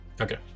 Okay